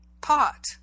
pot